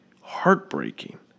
heartbreaking